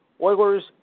Oilers